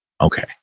Okay